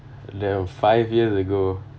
there were five years ago